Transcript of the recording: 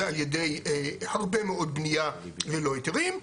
זה על ידי הרבה מאוד בנייה ללא היתרים,